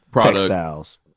textiles